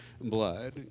blood